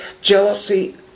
jealousy